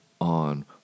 on